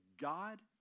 God